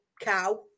cow